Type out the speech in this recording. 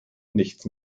nichts